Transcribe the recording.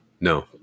No